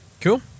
cool